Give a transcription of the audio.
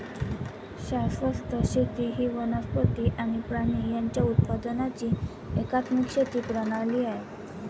शाश्वत शेती ही वनस्पती आणि प्राणी यांच्या उत्पादनाची एकात्मिक शेती प्रणाली आहे